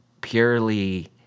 purely